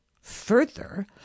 Further